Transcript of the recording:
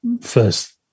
first